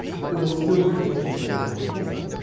but there were still mutations every now and again.